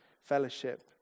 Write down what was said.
fellowship